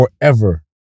forever